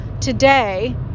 today